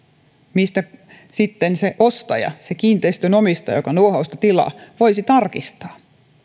mistä sitten se ostaja eli se kiinteistön omistaja joka nuohousta tilaa voisi tarkistaa